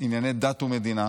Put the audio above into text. ענייני דת ומדינה,